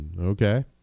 okay